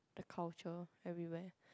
the cultural everywhere